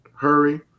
hurry